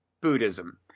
Buddhism